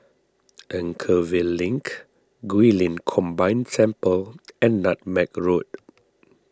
Anchorvale Link Guilin Combined Temple and Nutmeg Road